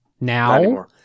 Now